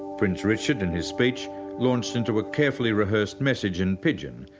prince richard, in his speech launched into a carefully-rehearsed message in pidgin,